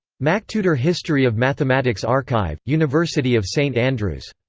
mactutor history of mathematics archive, university of st andrews.